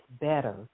better